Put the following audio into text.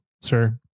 sir